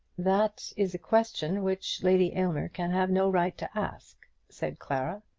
that is a question which lady aylmer can have no right to ask, said clara.